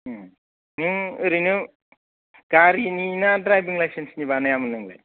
नों ओरैनो गारिनि ना द्राइभिं लाइसेन्सनि बानायामोन नोंलाय